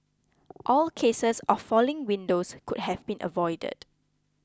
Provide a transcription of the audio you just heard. all cases of falling windows could have been avoided